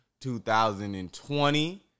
2020